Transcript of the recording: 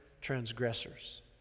transgressors